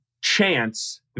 chance